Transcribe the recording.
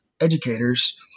educators